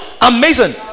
amazing